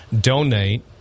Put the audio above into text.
donate